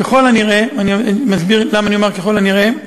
ככל הנראה, אני מסביר למה אני אומר "ככל הנראה"